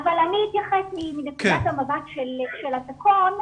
אבל אני אתייחס מנקודת המבט של התקון,